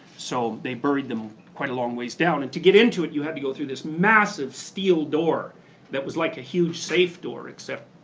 so they buried them quite a long ways down and to get into it, you had to go through this massive steel door that was like a huge safe door except,